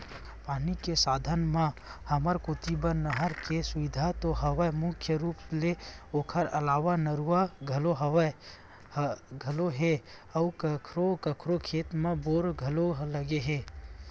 पानी के साधन म हमर कोती बर नहर के सुबिधा तो हवय मुख्य रुप ले ओखर अलावा नरूवा घलोक हे अउ कखरो कखरो खेत म बोर घलोक लगे हे